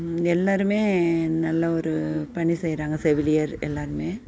எல்லோருமே நல்ல ஒரு பணி செய்கிறாங்க செவிலியர் எல்லோருமே